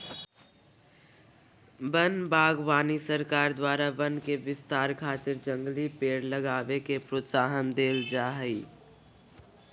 वन बागवानी सरकार द्वारा वन के विस्तार खातिर जंगली पेड़ लगावे के प्रोत्साहन देल जा हई